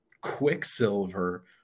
Quicksilver